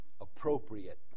appropriate